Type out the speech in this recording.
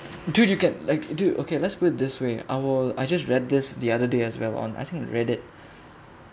dude you get like dude okay let's put it this way I will I just read this the other day as well on I think reddit